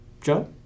Joe